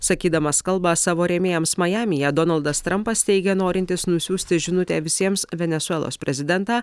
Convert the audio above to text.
sakydamas kalbą savo rėmėjams majamyje donaldas trampas teigia norintis nusiųsti žinutę visiems venesuelos prezidentą